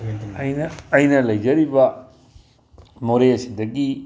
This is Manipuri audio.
ꯑꯩꯅ ꯂꯩꯖꯔꯤꯕ ꯃꯣꯔꯦꯁꯤꯗꯒꯤ